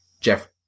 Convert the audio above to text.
jeff